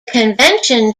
convention